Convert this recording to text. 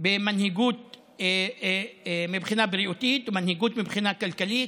במנהיגות מבחינה בריאותית ובמנהיגות מבחינה כלכלית,